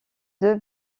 deux